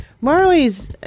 marley's